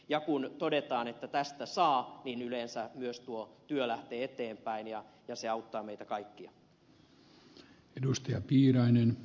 ja kun todetaan että tästä saa niin yleensä myös tuo työ lähtee eteenpäin ja se auttaa meitä kaikkia